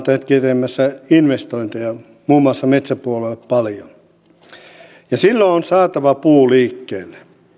tekemässä investointeja muun muassa metsäpuolelle paljon ja silloin on on saatava puu liikkeelle